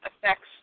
affects